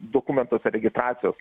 dokumentuose registracijos